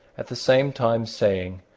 at the same time saying,